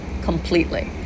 Completely